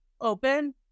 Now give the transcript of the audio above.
open